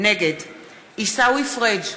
נגד עיסאווי פריג'